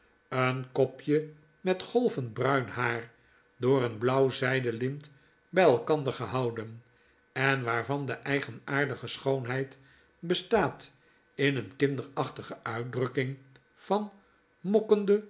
een kopje met golvend bruin haar door een blauw zyden lint by elkander gehouden en waarvan de eigenaardige schoonheid bestaat in een kinderachtige uitdrukking van mokkende